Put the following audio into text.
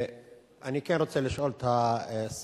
אני כן רוצה לשאול את השר,